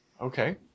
Okay